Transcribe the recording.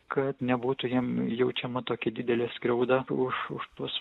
kad nebūtų jiem jaučiama tokia didelė skriauda už už tuos